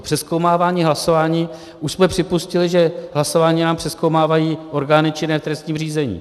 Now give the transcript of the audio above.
Přezkoumávání hlasování už jsme připustili, že hlasování nám přezkoumávají orgány činné v trestním řízení.